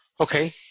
Okay